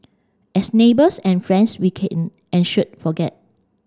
as neighbours and friends we can and should forget